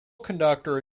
conductor